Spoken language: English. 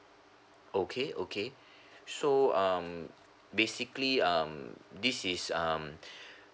okay okay so um basically um this is um